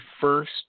first